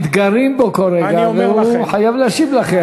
מתגרים בו כל רגע והוא חייב להשיב לכם.